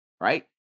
right